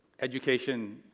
education